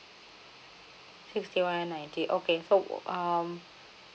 sixty one ninety okay so um